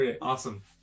awesome